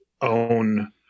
own